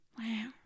Wow